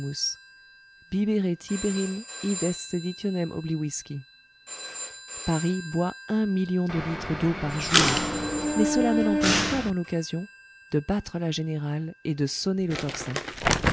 oblivisci paris boit un million de litres d'eau par jour mais cela ne l'empêche pas dans l'occasion de battre la générale et de sonner le tocsin